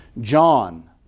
John